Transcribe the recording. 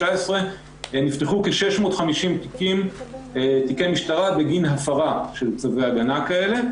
נפתחו כ-650 תיקי משפט בגין הפרה של צווי הגנה כאלה.